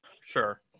Sure